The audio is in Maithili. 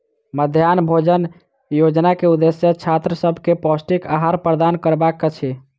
मध्याह्न भोजन योजना के उदेश्य छात्र सभ के पौष्टिक आहार प्रदान करबाक अछि